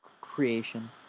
creation